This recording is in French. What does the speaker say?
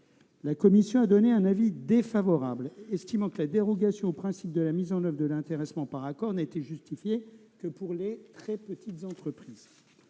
La commission estime que la dérogation au principe de la mise en oeuvre de l'intéressement par accord n'est justifiée que pour les très petites entreprises.